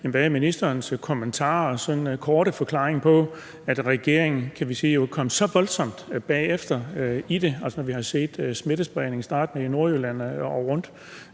hvad ministerens kommentarer og korte forklaring er på, at regeringen kom så voldsomt, kan vi sige, bagefter i det? Når vi har set smittespredningen startende i Nordjylland og rundt,